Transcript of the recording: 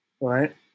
right